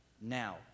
Now